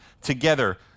together